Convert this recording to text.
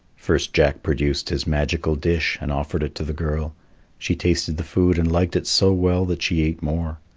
first jack produced his magical dish, and offered it to the girl she tasted the food and liked it so well that she ate more.